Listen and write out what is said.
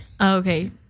Okay